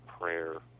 prayer